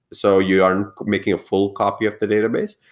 so you are making a full copy of the database,